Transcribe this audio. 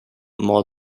more